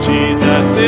Jesus